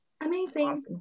Amazing